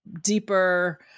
deeper